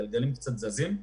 הגלגלים קצת זזים,